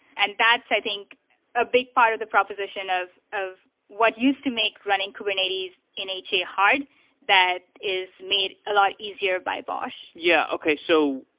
and that's, i think a big part of the proposition of of what used to make running kubernetes in ha hard that is made a lot easier by bosh. yeah. okay. so